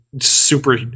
super